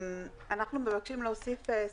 אנחנו מבקשים להוסיף סעיף נוסף.